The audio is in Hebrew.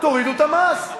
תורידו את המס.